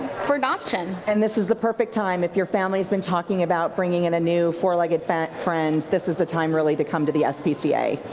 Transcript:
adoption. and this is the perfect time if your family has been talking about bringing in a new four-legged friend, this is the time really to come to the s p c a.